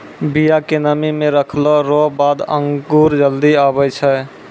बिया के नमी मे रखलो रो बाद अंकुर जल्दी आबै छै